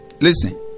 listen